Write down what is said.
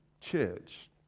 church